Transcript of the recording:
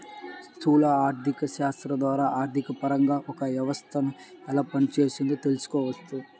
స్థూల ఆర్థికశాస్త్రం ద్వారా ఆర్థికపరంగా ఒక వ్యవస్థను ఎలా పనిచేస్తోందో తెలుసుకోవచ్చు